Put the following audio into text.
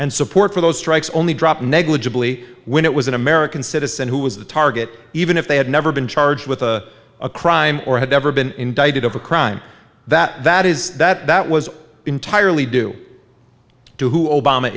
and support for those strikes only drop negligibly when it was an american citizen who was the target even if they had never been charged with a crime or had ever been indicted of a crime that that is that that was entirely due to who o